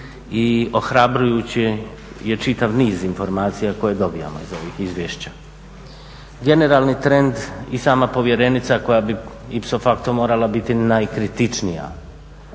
I ohrabrujući je čitav niz informacija koje dobivamo iz ovih izvješća. Generalni trend i sama povjerenica koja bi ipso facto morala biti najkritičnija